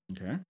okay